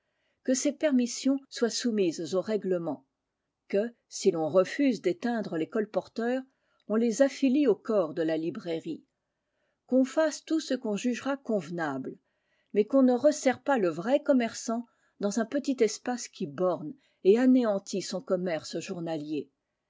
que ces permissions soient soumises aux règlements que si l'on refuse d'éteindre les colporteurs on les affilie au corps de la librairie qu'on fasse tout ce qu'on jugera convenable mais qu'on ne resserre pas le vrai commerçant dans un petit espace qui borne et anéantit son commerce journalier